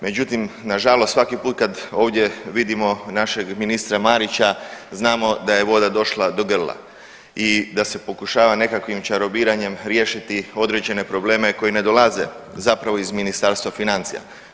Međutim, nažalost svaki put kad ovdje vidimo našeg ministra Marića znamo da je voda došla do grla i da se pokušava nekakvim čarobiranjem riješiti određene probleme koji ne dolaze zapravo iz Ministarstva financija.